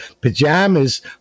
Pajamas